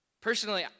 Personally